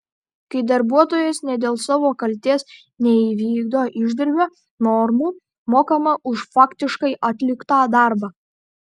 kai darbuotojas ne dėl savo kaltės neįvykdo išdirbio normų mokama už faktiškai atliktą darbą